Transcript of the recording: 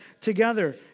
together